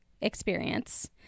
experience